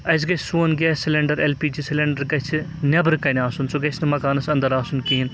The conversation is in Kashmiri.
اَسہِ گژھِ سون gas cylinder L P G cylinder گَژھِ نٮ۪برٕ کَنۍ آسُن سُہ گَژھِ نہٕ مکانَس اَنٛدَر آسُن کِہیٖنۍ